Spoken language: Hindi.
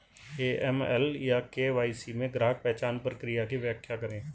ए.एम.एल या के.वाई.सी में ग्राहक पहचान प्रक्रिया की व्याख्या करें?